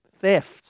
theft